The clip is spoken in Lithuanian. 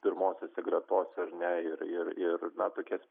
pirmosiose gretose ar ne ir ir ir na tokie